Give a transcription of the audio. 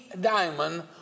diamond